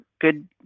good